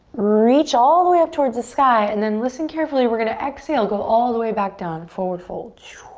reach all the way up towards the sky and then listen carefully, we're gonna exhale. go all the way back down. forward fold.